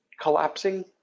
collapsing